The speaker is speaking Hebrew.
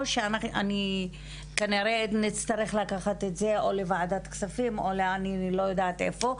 או שכנראה נצטרך לקחת את זה לוועדת הכספים או אני לא יודעת איפה,